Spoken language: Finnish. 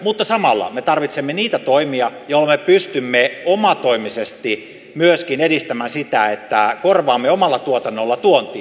mutta samalla me tarvitsemme niitä toimia joilla me pystymme omatoimisesti myöskin edistämään sitä että korvaamme omalla tuotannollamme tuontia